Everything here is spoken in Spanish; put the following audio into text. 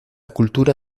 cultura